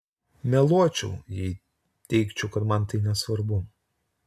meluočiau jei teigčiau kad man tai nesvarbu